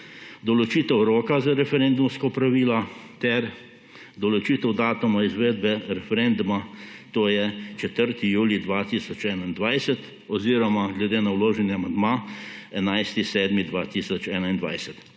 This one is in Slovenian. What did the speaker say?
določitev roka za referendumska opravila ter določitev datuma izvedbe referenduma, to je 4. julij 2021 oziroma glede na vloženi amandma 11. 7. 2021.